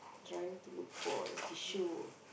trying to look for a tissue